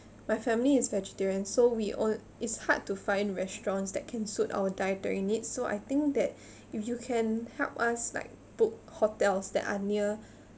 my family is vegetarian so we on~ it's hard to find restaurants that can suit our dietary needs so I think that if you can help us like book hotels that are near